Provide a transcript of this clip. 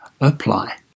apply